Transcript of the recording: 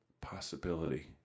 Possibility